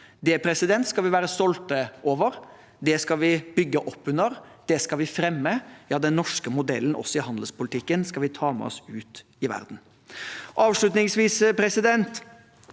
sentrum. Det skal vi være stolte over. Det skal vi bygge opp under. Det skal vi fremme. Ja, den norske modellen, også i handelspolitikken, skal vi ta med oss ut i verden. Avslutningsvis: Jeg er